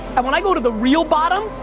and when i go to the real bottom,